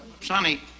Sonny